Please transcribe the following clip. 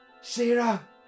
Sarah